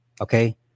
okay